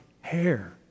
hair